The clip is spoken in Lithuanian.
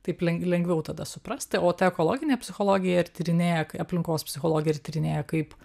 taip len lengviau tada suprasti o ta ekologinė psichologija ir tyrinėja aplinkos psichologija ir tyrinėja kaip